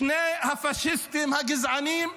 שני הפשיסטים הגזענים,